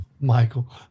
Michael